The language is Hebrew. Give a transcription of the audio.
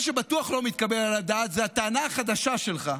מה שבטוח לא מתקבל על הדעת זאת הטענה החדשה שלך,